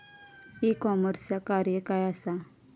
E कॉमर्सचा कार्य काय असा?